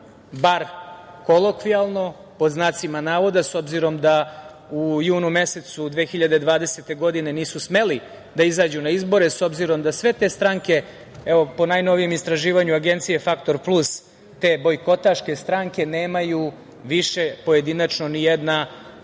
bar kolokvijalno, pod znacima navoda, s obzirom da u junu mesecu 2020. godine nisu smeli da izađu na izbore, s obzirom da sve te stranke, po najnovijem istraživanju agencije „Faktor plus“, te bojkotaške stranke nemaju više, pojedinačno nijedna,